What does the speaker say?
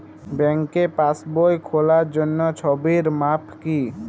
ব্যাঙ্কে পাসবই খোলার জন্য ছবির মাপ কী?